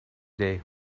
day